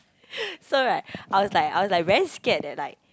so right I was like I was like very scared that I